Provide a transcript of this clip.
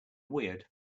weird